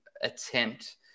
attempt